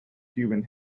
human